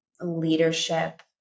leadership